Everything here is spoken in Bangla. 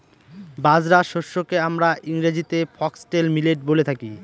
বাজরা শস্যকে আমরা ইংরেজিতে ফক্সটেল মিলেট বলে থাকি